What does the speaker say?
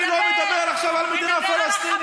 אני לא מדבר עכשיו על מדינה פלסטינית,